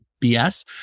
BS